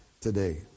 today